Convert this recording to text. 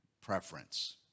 preference